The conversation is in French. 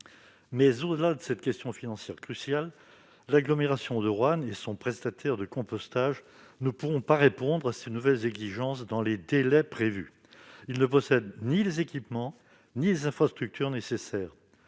Au-delà de cette question financière cruciale, l'agglomération de Roanne et son prestataire de compostage ne pourront pas répondre à ces nouvelles exigences dans les délais prévus, car ils ne possèdent ni les équipements ni les infrastructures nécessaires